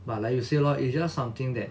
but like you say lor it's just something that